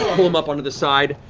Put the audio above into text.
pull him up onto the side.